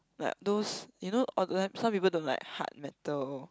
like those you know online some people don't like hard metal